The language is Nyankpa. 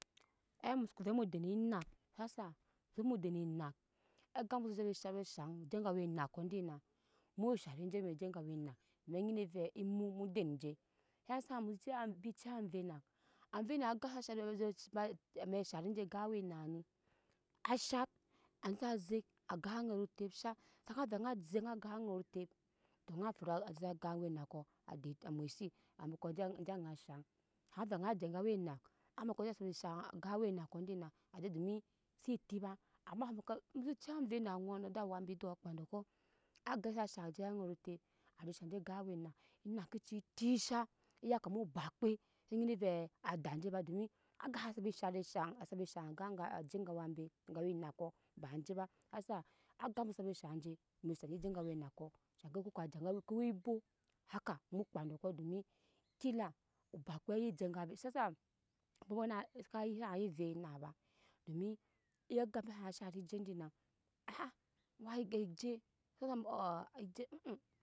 Ai muso ve mu de anak hasa ve mu dene anak aga muso si sab sabe shaŋ je gawe anako dina mu shari jeje gawe enak domi nyi dɛ ve emu mu den je hase be ciya embi ciya ave nak ave nak oga sa shari je a me shari je gan awe enak ni a shak a je sa shaŋ agan aŋɛt otep a shat save ni sha nyi gan aŋɛt otep to nyi fɔra ze aga je enako mwɛse a maka eje aŋa shaŋ have nyi je kawe anak a make eje sa sabe shaŋ gan awe enako dina aje domin se ti ba ama veke mu ciya ofznak oŋɔ nɔ we bi do a kpa doko aga sa shaŋ jeje aŋet otep a je shaŋ je gan awɛ enak ena ke ci tishe a ya kamo obakpɛ se nyi dɛ ve ada je ba domi aga sabe shaŋ be shaŋ a sabe shaŋ ga aje kawa be kawa je kawa enako shaŋ je hasa aga muso sabe shaŋ je mu sabe je kawe enako domi kila obakpe wa iye jega je ba shiyasa onbɔ bɔ ma sa iye vep enak ba domi iya aga be sana shari dna we je